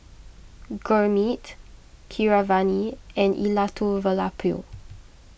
Gurmeet Keeravani and Elattuvalapil